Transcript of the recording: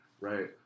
right